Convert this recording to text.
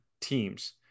teams